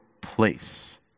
place